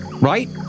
Right